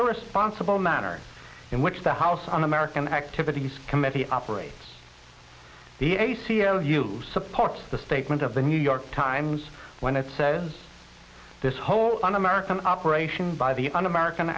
irresponsible manner in which the house un american activities committee operates the a c l u supports the statement of the new york times when it says this whole un american operation by the un american